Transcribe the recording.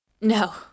No